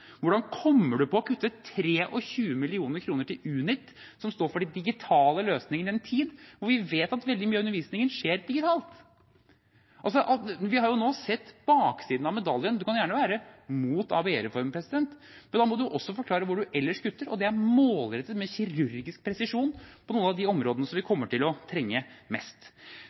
Hvordan kommer man på å kutte 23 mill. kr til Unit, som står for de digitale løsningene, i en tid da vi vet at veldig mye av undervisningen skjer digitalt? Vi har jo nå sett baksiden av medaljen, og man må gjerne være mot ABE-reformen, men da må man også forklare hvor man ellers kutter, og dette er målrettet med kirurgisk presisjon på noen av de områdene som vi kommer til å trenge mest.